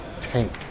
tank